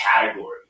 category